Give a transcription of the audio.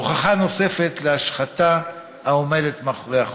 הוכחה נוספת להשחתה העומדת מאחורי החוק.